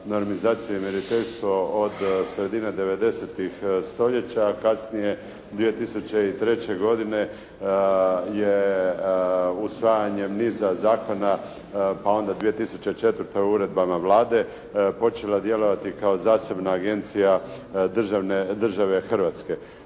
normizaciju i mjeriteljstvo od sredine devedesetih stoljeća, a kasnije 2003. godine je usvajanjem niza zakona, pa onda 2004. uredbama Vlade počeka djelovati kao zasebna agencija države Hrvatske.